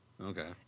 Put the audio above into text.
Okay